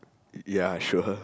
ya sure ppl